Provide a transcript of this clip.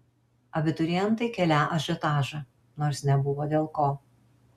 abiturientai kelią ažiotažą nors nebuvo dėl ko